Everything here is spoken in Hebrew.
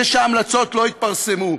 כדי שההמלצות לא יתפרסמו.